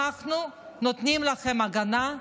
אנחנו נותנים לכן הגנה.